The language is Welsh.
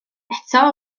eto